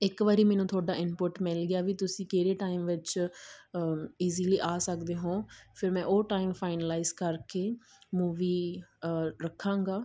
ਇੱਕ ਵਾਰੀ ਮੈਨੂੰ ਤੁਹਾਡਾ ਇਨਪੁੱਟ ਮਿਲ ਗਿਆ ਵੀ ਤੁਸੀਂ ਕਿਹੜੇ ਟਾਈਮ ਵਿੱਚ ਈਜ਼ਲੀ ਆ ਸਕਦੇ ਹੋ ਫਿਰ ਮੈਂ ਉਹ ਟਾਈਮ ਫਾਈਨਲਾਈਜ਼ ਕਰਕੇ ਮੂਵੀ ਰੱਖਾਂਗਾ